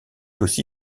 aussi